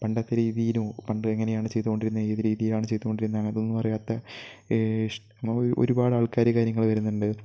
പണ്ടത്തെ രീതിയിലും പണ്ട് എങ്ങനെയാണ് ചെയ്തുകൊണ്ടിരുന്നത് ഏത് രീതിയിലാണ് ചെയ്തുകൊണ്ടിരുന്നത് അങ്ങനെയൊന്നും അറിയാത്ത ഇഷ് ഒരുപാട് ആൾക്കാർ കാര്യങ്ങൾ വരുന്നുണ്ട്